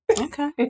Okay